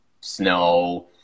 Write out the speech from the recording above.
snow